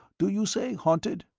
do you say haunted?